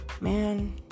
man